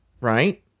Right